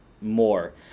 more